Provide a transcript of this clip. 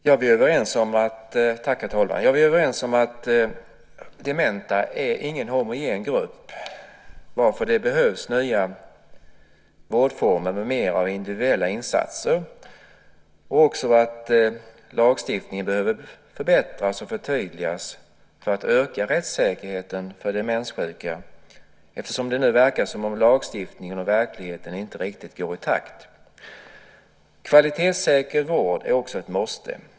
Herr talman! Vi är överens om att dementa inte är någon homogen grupp, varför det behövs nya vårdformer, individuella insatser med mera. Vi är också överens om att lagstiftningen behöver förbättras och förtydligas för att öka rättssäkerheten för demenssjuka eftersom det nu verkar som om lagstiftningen och verkligheten inte riktigt går i takt. Kvalitetssäker vård är också ett måste.